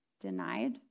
denied